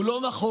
הוא לא נכון,